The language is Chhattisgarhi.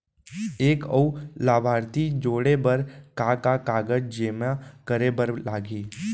एक अऊ लाभार्थी जोड़े बर का का कागज जेमा करे बर लागही?